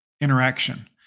interaction